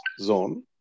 zone